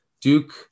Duke